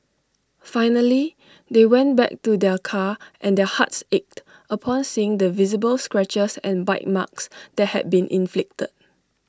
finally they went back to their car and their hearts ached upon seeing the visible scratches and bite marks that had been inflicted